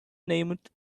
named